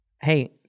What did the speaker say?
Hey